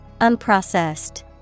unprocessed